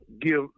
give